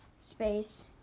space